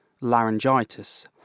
laryngitis